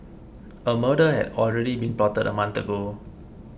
a murder had already been plotted a month ago